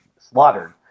slaughtered